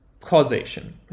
causation